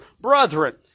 brethren